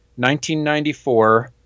1994